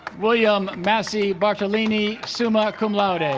william massey bartolini summa cum laude